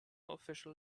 official